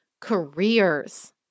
careers